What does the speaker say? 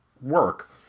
work